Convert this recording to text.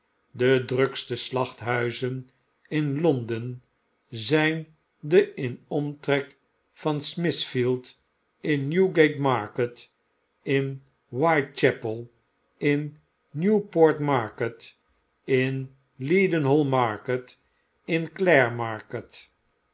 de drukste slachthuizen in londen zp den in omtrek van smithfield in newgate market in whitechapel in newport market in leadenhall market in clare market